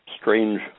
strange